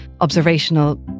observational